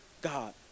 God